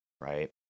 right